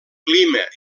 clima